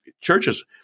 churches